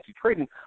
trading